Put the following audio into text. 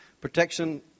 protection